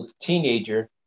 teenager